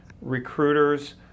recruiters